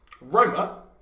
Roma